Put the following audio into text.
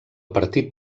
partit